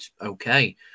okay